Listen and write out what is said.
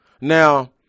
Now